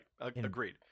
Agreed